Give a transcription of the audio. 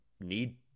need